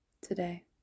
today